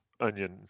onion